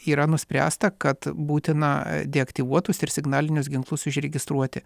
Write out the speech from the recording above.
yra nuspręsta kad būtina deaktyvuotus ir signalinius ginklus užregistruoti